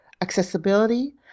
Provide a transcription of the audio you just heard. accessibility